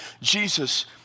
Jesus